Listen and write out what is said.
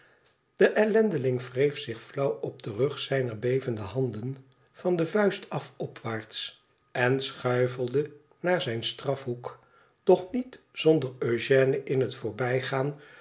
de ellendeling wreef zich flauw op den rug zijner bevende handen van de vuist af opwaarts en schuifelde naar zijn straf hoek doch niet zonder ëugène in het voorbijgaan